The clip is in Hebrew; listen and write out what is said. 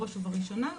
בראש ובראשונה,